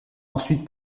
ensuite